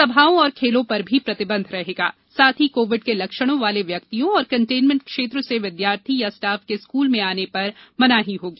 सभाओं और खेलों पर भी प्रतिबंध रहेगा साथ ही कोविड के लक्षणों वाले व्यक्तियों और कंटेनमेंट क्षेत्र से विद्यार्थी या स्टाफ के स्कूल में आने पर मनाही होगी